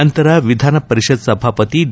ನಂತರ ವಿಧಾನಪರಿಷತ್ ಸಭಾಪತಿ ಡಿ